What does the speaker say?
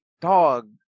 dog